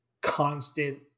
constant